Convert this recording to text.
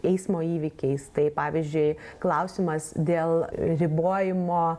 eismo įvykiais tai pavyzdžiui klausimas dėl ribojimo